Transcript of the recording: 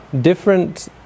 Different